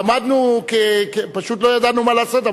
ועמדנו פשוט לא ידענו מה לעשות.